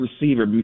receiver